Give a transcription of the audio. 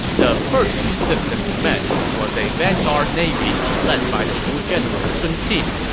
the first resistance he met was a vanguard navy led by the wu general sun xin.